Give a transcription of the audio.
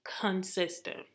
consistent